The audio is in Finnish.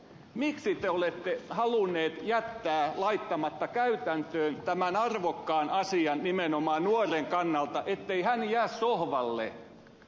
miksi te olette halunneet jättää laittamatta käytäntöön tämän nimenomaan nuoren kannalta arvokkaan asian ettei hän jää sohvalle